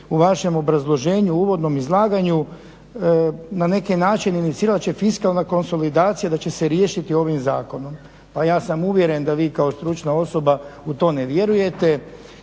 u vašem obrazloženju u uvodnom izlaganju na neki način inicirali da će fiskalna konsolidacija, da će se riješiti ovim zakonom. Pa ja sam uvjeren da vi kao stručna osoba u to ne vjerujete